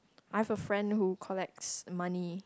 I have a friend who collects money